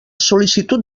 sol·licitud